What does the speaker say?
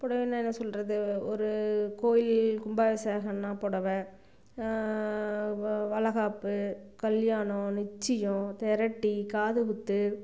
புடவைன்னா என்ன சொல்கிறது ஒரு கோவில் கும்பாவிஷேகன்னா புடவை வ வளைகாப்பு கல்யாணம் நிச்சியம் தெரட்டி காதுகுத்து